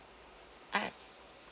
ah